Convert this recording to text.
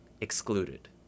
excluded